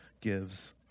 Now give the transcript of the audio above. gives